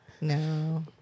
No